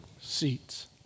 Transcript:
seats